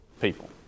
people